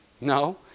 No